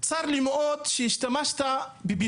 צר לי מאוד שהשתמשת בביטוי,